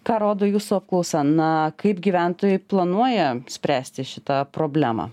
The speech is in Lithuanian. ką rodo jūsų apklausa na kaip gyventojai planuoja spręsti šitą problemą